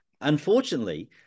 unfortunately